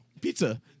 Pizza